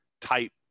type